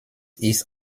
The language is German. ist